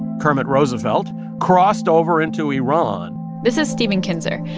kermit roosevelt crossed over into iran this is stephen kinzer.